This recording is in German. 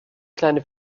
kleine